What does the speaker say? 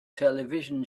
television